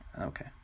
okay